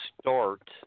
start